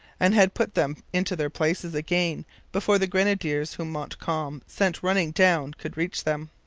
and had put them into their places again before the grenadiers whom montcalm sent running down could reach them.